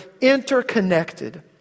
interconnected